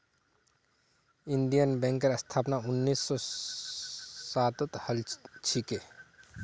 Indian बैंकेर स्थापना उन्नीस सौ सातत हल छिले